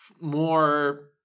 more